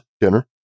dinner